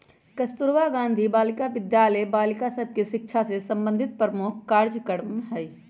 कस्तूरबा गांधी बालिका विद्यालय बालिका सभ के शिक्षा से संबंधित प्रमुख कार्जक्रम हइ